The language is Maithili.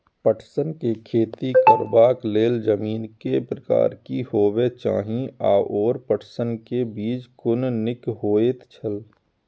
पटसन के खेती करबाक लेल जमीन के प्रकार की होबेय चाही आओर पटसन के बीज कुन निक होऐत छल?